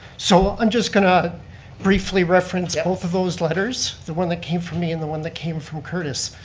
so i'm just going to briefly reference both of those letters, the one that came from me and the one that came from curtis.